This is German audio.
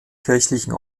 kirchlichen